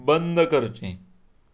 बंद करचें